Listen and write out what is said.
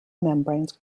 membranes